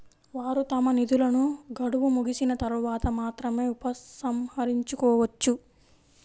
వారు తమ నిధులను గడువు ముగిసిన తర్వాత మాత్రమే ఉపసంహరించుకోవచ్చు